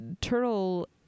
turtle